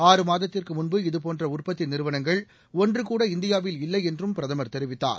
ஆறு மாதத்திற்கு முன்பு இதுபோன்ற உற்பத்தி நிறுவனங்கள் ஒன்றுகூட இந்தியாவில் இல்லை என்றும் பிரதமர் தெரிவித்தார்